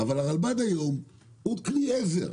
אבל הרלב"ד היום הוא כלי עזר,